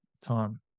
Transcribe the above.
time